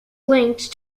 linked